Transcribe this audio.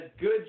good